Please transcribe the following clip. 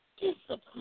discipline